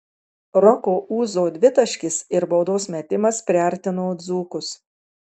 roko ūzo dvitaškis ir baudos metimas priartino dzūkus